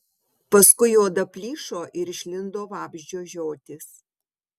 paskui oda plyšo ir išlindo vabzdžio žiotys